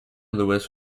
lewis